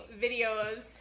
videos